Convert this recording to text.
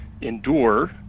endure